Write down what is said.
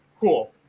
Cool